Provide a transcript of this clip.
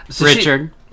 Richard